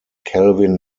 calvin